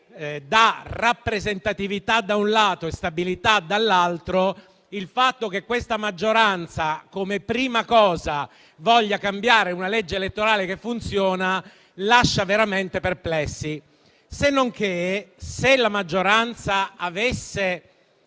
dà rappresentatività, da un lato, e stabilità, dall'altro lato. Il fatto dunque che la maggioranza, come prima cosa, voglia cambiare una legge elettorale che funziona lascia veramente perplessi. Senonché, se la maggioranza, per